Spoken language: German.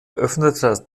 öffnete